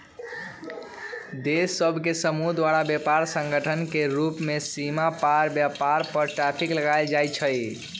देश सभ के समूह द्वारा व्यापार संगठन के रूप में सीमा पार व्यापार पर टैरिफ लगायल जाइ छइ